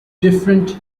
different